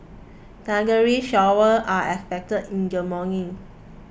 thundery showers are expected in the morning